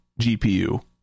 GPU